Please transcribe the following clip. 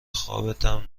خوابتم